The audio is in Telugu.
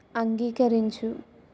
అంగీకరించు